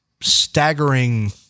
staggering